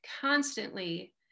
constantly